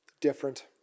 different